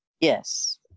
Yes